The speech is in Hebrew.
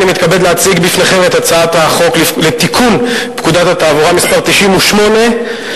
אני מתכבד להציג בפניכם את הצעת החוק לתיקון פקודת התעבורה (מס' 98),